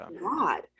God